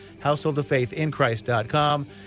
householdoffaithinchrist.com